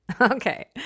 Okay